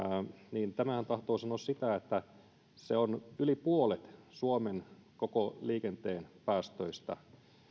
niin tämähän tahtoo sanoa sitä että se on yli puolet suomen koko liikenteen päästöistä